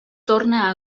torna